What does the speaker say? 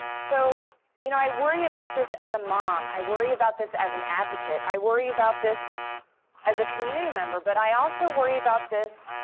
so you know i worry about this as a mom, i worry about this as an advocate, i worry about this as a community member. but i also worry about this